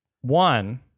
One